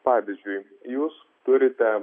pavyzdžiui jūs turite